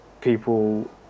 people